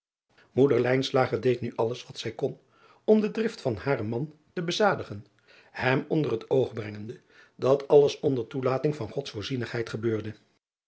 oeder deed nu alles wat zij kon om de drift van haren man te bezadigen hem onder het oog brengende dat alles onder toelating van ods oorzienigheid gebeurde